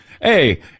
Hey